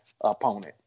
opponent